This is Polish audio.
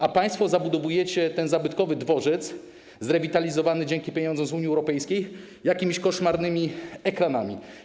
A państwo zabudowujecie ten zabytkowy dworzec, zrewitalizowany dzięki pieniądzom z Unii Europejskiej, jakimiś koszmarnymi ekranami.